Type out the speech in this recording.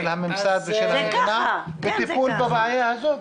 של הממסד ושל המדינה בטיפול בבעיה הזאת.